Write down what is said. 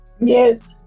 yes